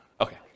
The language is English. Okay